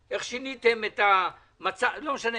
איך שיניתם את המצע לא משנה,